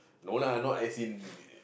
no lah not as in